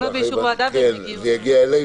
זה יגיע אלינו.